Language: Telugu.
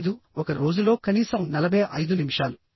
లేదు ఒక రోజులో కనీసం 45 నిమిషాలు